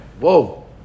Whoa